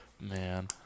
Man